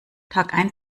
tagein